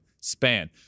span